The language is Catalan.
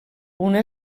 una